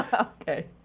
okay